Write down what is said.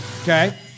Okay